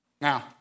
Now